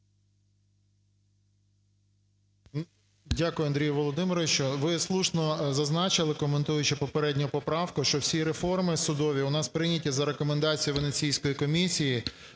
Дякую, Андрій Володимировичу. Ви слушно зазначили, коментуючи попередню поправку, що всі реформи судові у нас прийняті за рекомендацією Венеційської комісії.